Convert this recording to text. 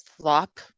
flop